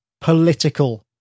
political